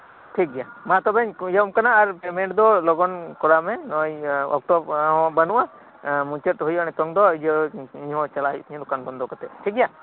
ᱴᱷᱤᱠᱜᱮᱭᱟ ᱢᱟᱛᱚᱵᱮᱧ ᱤᱭᱟᱹ ᱟᱢ ᱠᱟᱱᱟ ᱟᱨ ᱯᱮᱢᱮᱴ ᱫᱚ ᱞᱚᱜᱚᱱ ᱠᱚᱨᱟᱣ ᱢᱮ ᱱᱚᱜᱚᱭ ᱚᱠᱛᱚᱦᱚᱸ ᱵᱟᱹᱱᱩᱜ ᱟ ᱢᱩᱪᱟᱹᱫ ᱦᱩᱭᱩᱜ ᱟ ᱱᱤᱛᱚᱝ ᱫᱚ ᱤᱧᱦᱚᱸ ᱪᱟᱞᱟᱜ ᱦᱩᱭᱩᱜ ᱛᱤᱧᱟᱹ ᱫᱚᱠᱟᱱ ᱵᱚᱱᱫᱚ ᱠᱟᱛᱮᱜ ᱴᱷᱤᱠᱜᱮᱭᱟ